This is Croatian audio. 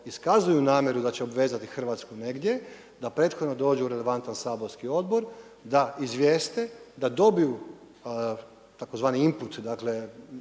iskazuju namjeru da će obvezati Hrvatsku negdje, da prethodno dođu u relevantan saborski odbor, da izvijeste, da dobiju tzv. input, nešto